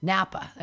Napa